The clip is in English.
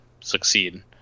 succeed